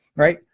right,